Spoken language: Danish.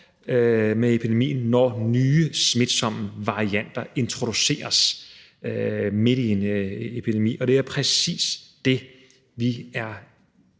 med epidemien, når nye, smitsomme varianter introduceres midt i en epidemi, og det er præcis det, vi er